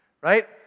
right